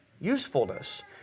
Usefulness